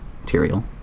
material